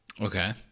Okay